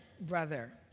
brother